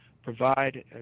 provide